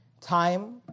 time